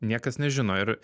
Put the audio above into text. niekas nežino ir